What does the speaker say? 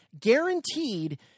guaranteed